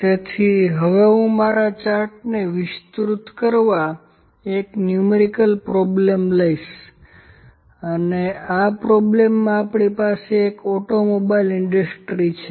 તેથી હવે હું મારા C ચાર્ટને વિસ્તૃત કરવા એક ન્ય્મેરિકલ પ્રોબ્લેમ લઈશ અને આ પ્રશ્નમાં આપણી પાસે એક ઓટોમોબાઈલ ઇન્ડસ્ટ્રિ છે